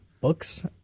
books